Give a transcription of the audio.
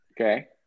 Okay